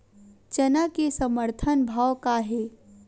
चना के समर्थन भाव का हे?